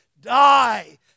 die